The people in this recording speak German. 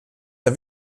der